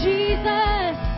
Jesus